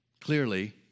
clearly